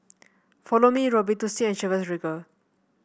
Follow Me Robitussin and Chivas Regal